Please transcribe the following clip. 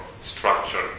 structure